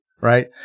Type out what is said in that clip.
right